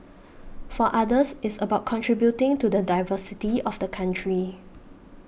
for others it's about contributing to the diversity of the country